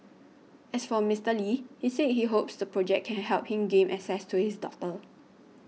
as for Mister Lee he said he hopes the project can help him gain access to his daughter